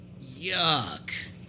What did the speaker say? Yuck